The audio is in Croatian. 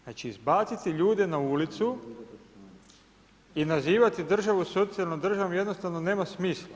Znači, izbaciti ljude na ulicu i nazivati državu socijalnom državom jednostavno nema smisla.